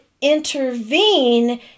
intervene